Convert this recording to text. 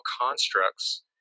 constructs